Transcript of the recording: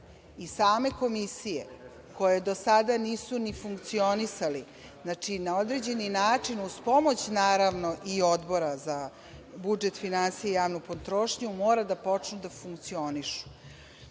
i same komisije koji do sada nisu ni funkcionisali na određeni način, uz pomoć naravno, i Odbora za budžet finansija i javnu potrošnju, mora da počnu da funkcionišu.